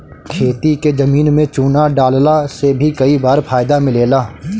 खेती के जमीन में चूना डालला से भी कई बार फायदा मिलेला